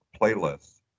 playlists